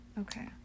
Okay